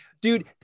dude